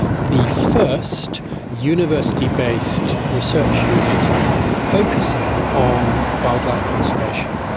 the first university-based research unit focusing on wildlife conservation.